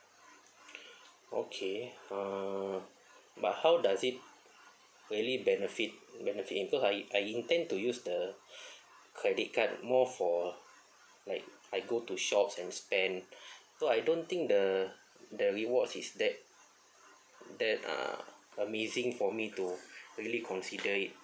okay uh but how does it really benefit benefit cause I I intend to use the credit card more for like I go to shops and spend so I don't think the the rewards is that that uh amazing for me to really consider it